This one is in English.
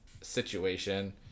situation